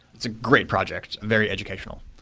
it's a great project. very educational.